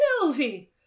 sylvie